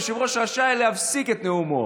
היושב-ראש רשאי להפסיק את נאומו